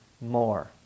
more